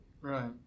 Right